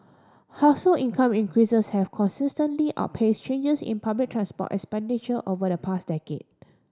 household income increases have consistently outpace changes in public transport expenditure over the past decade